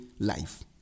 Life